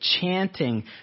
chanting